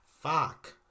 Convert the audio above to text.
fuck